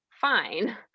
fine